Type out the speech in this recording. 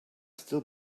still